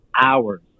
Hours